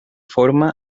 forma